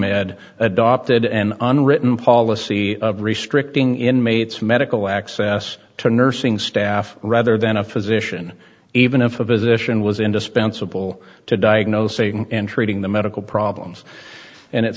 med adopted an unwritten policy of restricting inmates medical access to nursing staff rather than a physician even if a physician was indispensable to diagnosing and treating the medical problems and it